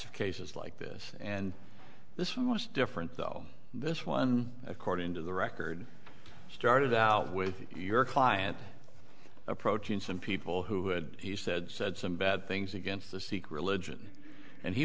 of cases like this and this one was different though this one according to the record started out with your client approaching some people who had he said said some bad things against the sikh religion and he